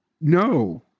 no